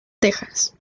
texas